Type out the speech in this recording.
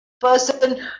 person